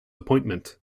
appointment